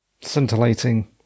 scintillating